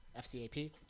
FCAP